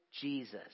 Jesus